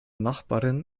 nachbarin